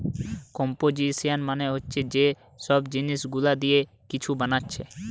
composition মানে হচ্ছে যে সব জিনিস গুলা দিয়ে কিছু বানাচ্ছে